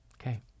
okay